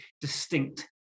distinct